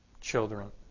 children